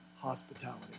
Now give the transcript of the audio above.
hospitality